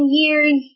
years